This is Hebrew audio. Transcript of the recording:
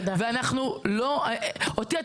אותי,